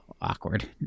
awkward